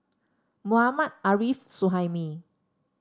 Mohammad Arif Suhaimi